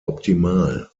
optimal